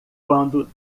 quando